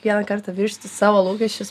vieną kartą viršyti savo lūkesčius